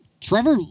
Trevor